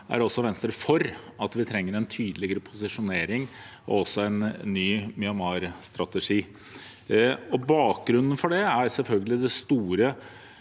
er Venstre også for at vi trenger en tydeligere posisjonering og en ny Myanmarstrategi. Bakgrunnen for det er selvfølgelig det store